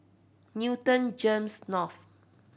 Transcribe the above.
Newton GEMS North